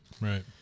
Right